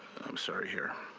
um sorry here.